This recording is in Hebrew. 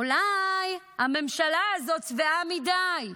אולי הממשלה הזאת שבעה מדי.